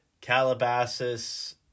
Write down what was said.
Calabasas